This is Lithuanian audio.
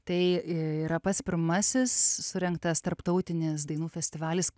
tai yra pats pirmasis surengtas tarptautinis dainų festivalis